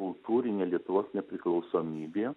kultūrinė lietuvos nepriklausomybė